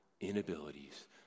inabilities